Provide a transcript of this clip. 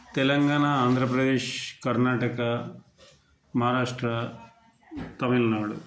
Telangana Andhra Pradesh Karnataka Maharashtra Tamil Nadu